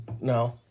No